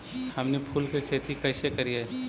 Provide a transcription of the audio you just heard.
हमनी फूल के खेती काएसे करियय?